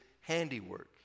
handiwork